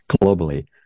globally